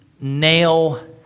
nail